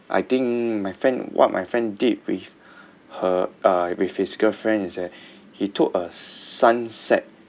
I think my friend what my friend did with her uh with his girlfriend is that he took a sunset